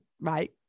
right